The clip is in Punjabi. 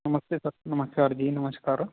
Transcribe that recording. ਨਮਸਤੇ ਸਰ ਨਮਸ਼ਕਾਰ ਜੀ ਨਮਸ਼ਕਾਰ